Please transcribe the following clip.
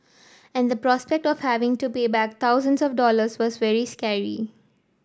and the prospect of having to pay back thousands of dollars was very scary